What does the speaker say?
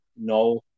no